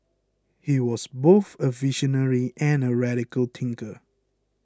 he was both a visionary and a radical thinker